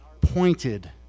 pointed